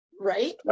right